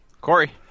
Corey